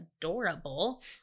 adorable